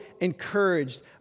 encouraged